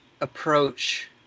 approach